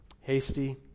hasty